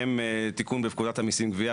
והם תיקון בפקודת המיסים (גבייה),